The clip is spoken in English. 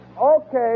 Okay